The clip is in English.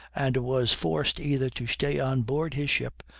and was forced either to stay on board his ship,